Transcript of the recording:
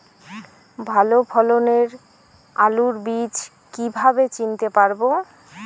ভালো ফলনের আলু বীজ কীভাবে চিনতে পারবো?